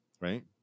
right